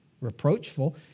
reproachful